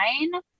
nine